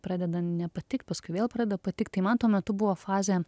pradeda nepatikt paskui vėl pradeda patikt tai man tuo metu buvo fazė